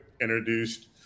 introduced